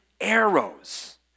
arrows